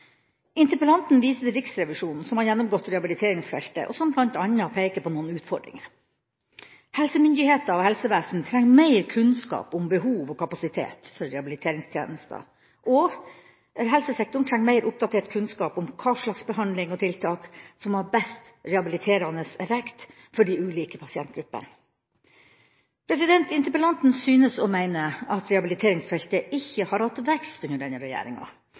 Interpellanten viser til Riksrevisjonen, som har gjennomgått rehabiliteringsfeltet, og som bl.a. peker på noen utfordringer: Helsemyndigheter og helsevesen trenger mer kunnskap om behov og kapasitet for rehabiliteringstjenester, og helsesektoren trenger mer oppdatert kunnskap om hva slags behandling og tiltak som har best rehabiliterende effekt for de ulike pasientgruppene. Interpellanten synes å mene at rehabiliteringsfeltet ikke har hatt vekst under denne regjeringa.